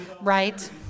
Right